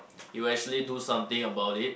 he will actually do something about it